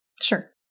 sure